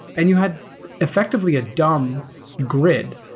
and you had effectively a dumb grid.